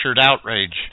outrage